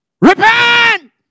Repent